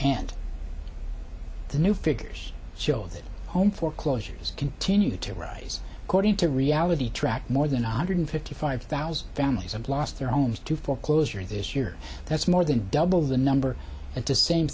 and the new figures show that home foreclosures continue to rise according to reality trac more than one hundred fifty five thousand families have lost their homes to foreclosure this year that's more than double the number at the same